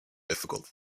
difficult